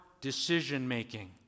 decision-making